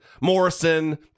Morrison